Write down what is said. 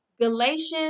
Galatians